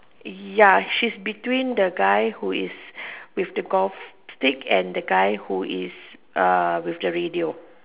ya she's between the guy who is with the golf stick and the guy who is uh with the radio